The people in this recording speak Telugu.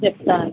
చెప్తానండి